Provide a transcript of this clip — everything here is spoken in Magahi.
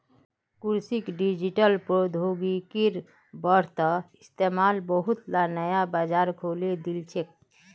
कृषित डिजिटल प्रौद्योगिकिर बढ़ त इस्तमाल बहुतला नया बाजार खोले दिल छेक